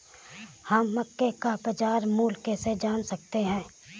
हम मक्के का बाजार मूल्य कैसे जान सकते हैं?